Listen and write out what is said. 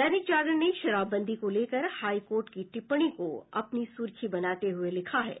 दैनिक जागरण ने शराबबंदी को लेकर हाईकोर्ट की टिप्पणी को अपनी सुर्खी बनाते हुए लिखा है